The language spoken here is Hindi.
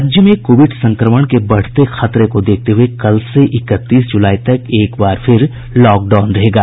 राज्य में कोविड संक्रमण के बढ़ते खतरे को देखते हुये कल से इकतीस जुलाई तक एक बार फिर लॉकडाउन रहेगा